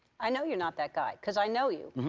i know you're not that guy, because i know you.